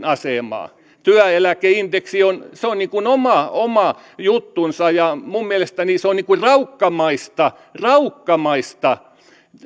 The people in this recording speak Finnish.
asemaa työeläkeindeksi on niin kuin oma juttunsa minun mielestäni on raukkamaista raukkamaista